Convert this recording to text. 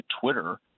Twitter